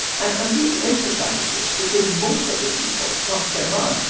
and i'm really emphasizing this because most of the people from kerman,